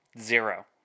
Zero